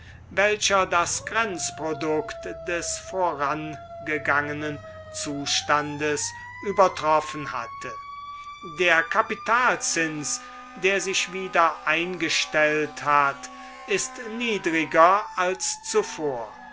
welcher das grenzprodukt des vorangegangenen zustandes übertroffen hatte der kapitalzins der sich wieder eingestellt hat ist niedriger als zuvor